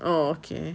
orh okay